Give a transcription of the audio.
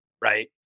right